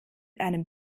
einem